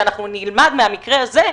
שאנחנו נלמד מהמקרה הזה,